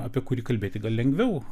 apie kurį kalbėti lengviau